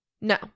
no